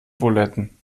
buletten